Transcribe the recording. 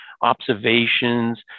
observations